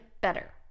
better